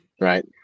right